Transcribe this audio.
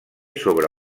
sobre